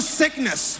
sickness